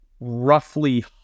roughly